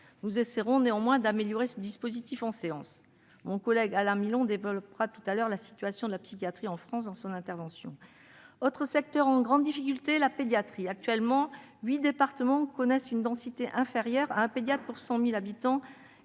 Nous essaierons néanmoins d'améliorer ce dispositif en séance. Notre collègue Alain Milon développera tout à l'heure la situation de la psychiatrie en France dans son intervention. La pédiatrie est un autre secteur en grande difficulté. Huit départements connaissent une densité inférieure à un pédiatre pour 100 000 habitants